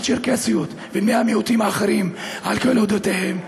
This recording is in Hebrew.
הצ'רקסיות ובני המיעוטים האחרים על כל עדותיהם,